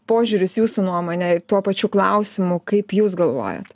požiūris jūsų nuomonė tuo pačiu klausimu kaip jūs galvojat